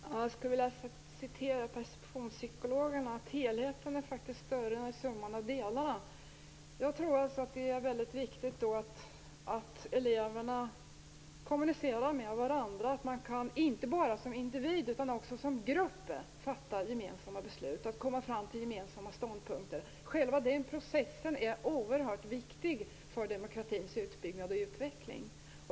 Herr talman! Jag skulle vilja citera perceptionspsykologerna: Helheten är faktiskt större än summan av delarna. Det är väldigt viktigt att eleverna kommunicerar med varandra och att de inte bara som individer utan också som grupp kan fatta gemensamma beslut och komma fram till gemensamma ståndpunkter. Själva den processen är oerhört viktig för demokratins utbyggnad och utveckling.